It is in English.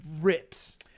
rips